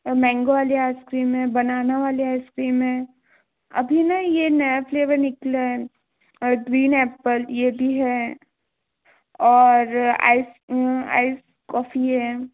mango वाली ice cream है banana वाली आइसक्रीम है अभी न ये नया फ्लेवर निकला है और ग्रीन एप्पल यह भी है और आइस आइस कॉफी है